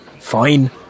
fine